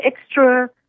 extra